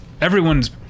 everyone's